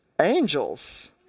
angels